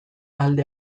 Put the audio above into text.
alde